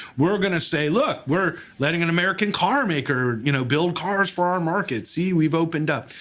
we're going to say, look we're letting an american car maker you know build cars for our markets, see we've opened up.